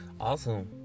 awesome